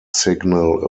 signal